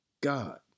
God